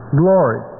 glory